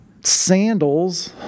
sandals